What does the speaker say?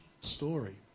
story